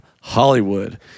Hollywood